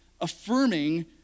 affirming